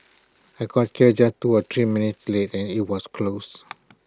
but I got here just two or three minutes late and IT was closed